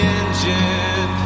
engine